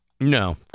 No